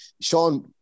Sean